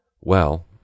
Well